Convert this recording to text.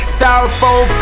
Styrofoam